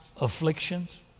afflictions